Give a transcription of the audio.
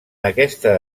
aquesta